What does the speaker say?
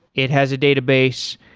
it has a database.